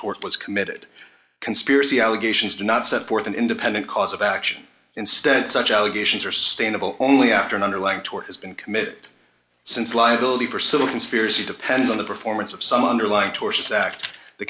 tort was committed conspiracy allegations do not set forth an independent cause of action instead such allegations are sustainable only after an underlying tort has been committed since liability for civil conspiracy depends on the performance of some underlying tortious act the